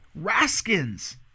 Raskins